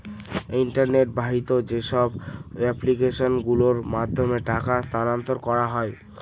internet বাহিত যেসব application গুলোর মাধ্যমে টাকা স্থানান্তর করা হয়